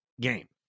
game